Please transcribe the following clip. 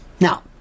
Now